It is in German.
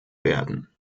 werden